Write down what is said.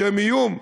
שהם איום,